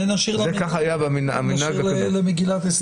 זה נשאיר למגילת אסתר.